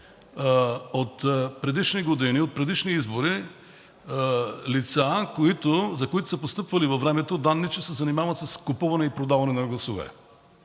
от предишни години, от предишни избори, лица, за които са постъпвали във времето данни, че се занимават с купуване и продаване на гласове.